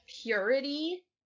purity